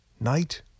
Night